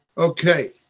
Okay